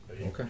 okay